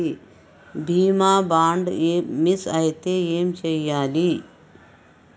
బీమా bond miss అయితే ఏం చేయాలి?